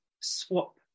swap